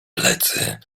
plecy